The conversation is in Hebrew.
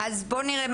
אז בואו נראה,